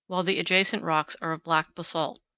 while the adjacent rocks are of black basalt.